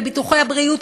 בביטוחי הבריאות,